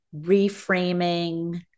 reframing